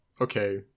okay